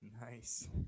Nice